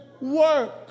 work